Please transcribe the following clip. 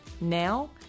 Now